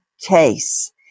case